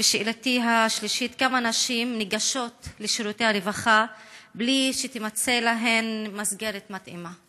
3. כמה נשים ניגשו לשירותי הרווחה ולא נמצאה להן מסגרת מתאימה?